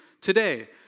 today